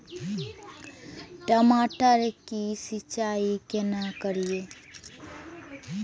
टमाटर की सीचाई केना करी?